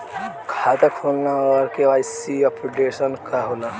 खाता खोलना और के.वाइ.सी अपडेशन का होला?